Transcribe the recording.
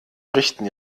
richten